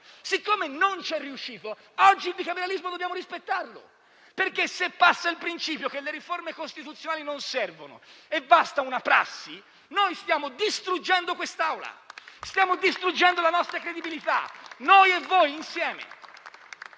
siccome non ci è riuscito, ahimè, oggi il bicameralismo dobbiamo rispettarlo, perché se passa il principio che le riforme costituzionali non servono e basta una prassi, noi stiamo distruggendo questa Assemblea, stiamo distruggendo la nostra credibilità, noi e voi insieme.